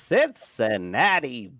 Cincinnati